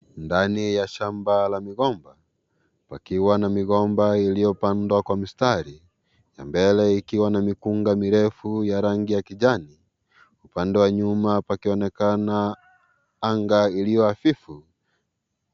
Ndani ya shamba la migomba. Pakiwa na migomba iliyopandwa kwa mistari na mbele ikiwa na mikunga mirefu ya rangi ya kijani. Upande wa nyuma pakionekana anga iliyo hafifu.